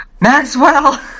Maxwell